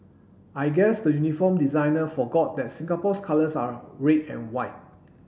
I guess the uniform designer forgot that Singapore's colours are red and white